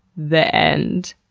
the end.